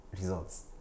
results